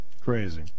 Crazy